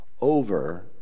over